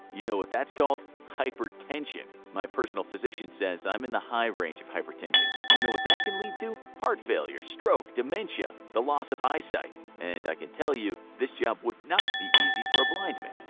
you know what that's called? hypertension! my personal physician says i'm in the high range of hypertension. you know what that can lead to? heart failure, stroke, dementia, the loss of my eyesight. and i can tell you, this job would not be easy for a blind man.